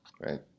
right